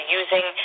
using